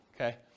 okay